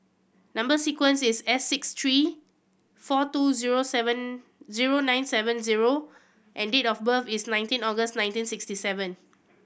number sequence is S six three four two zero seven zero nine seven zero and date of birth is nineteen August nineteen sixty seven